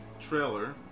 trailer